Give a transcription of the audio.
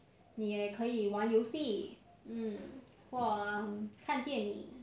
你也可以玩游戏 mm or um 看电影